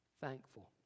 thankful